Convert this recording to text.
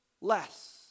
less